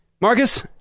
Marcus